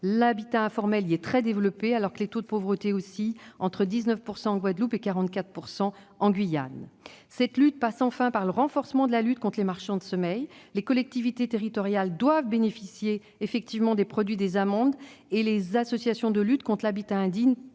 L'habitat informel y est très développé, avec des taux de pauvreté oscillant entre 19 % en Guadeloupe et 44 % en Guyane ! Cette lutte passe, enfin, par le renforcement de la lutte contre les marchands de sommeil. Les collectivités territoriales doivent effectivement bénéficier des produits des amendes et les associations de lutte contre l'habitat indigne